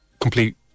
complete